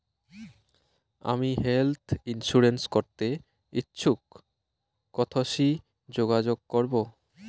আমি health insurance করতে ইচ্ছুক কথসি যোগাযোগ করবো?